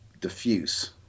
diffuse